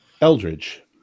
eldridge